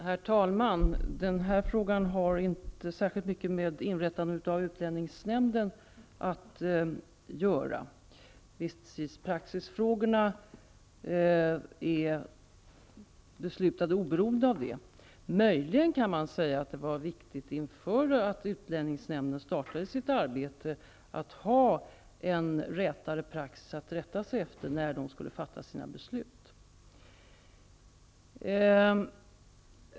Herr talman! Den här frågan har inte särskilt mycket med inrättandet av utlänningsnämnden att göra. I fråga om vistelsetidspraxis har beslut fattats oberoende av det. Möjligen kan man säga att det var viktigt inför utlänningsnämndens start med sitt arbete att ha en rätare praxis att rätta sig efter vid beslutsfattandet.